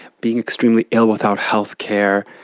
being extremely ill without healthcare,